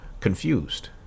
confused